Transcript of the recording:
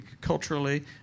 culturally